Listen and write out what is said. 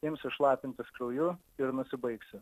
imsi šlapintis krauju ir nusibaigsi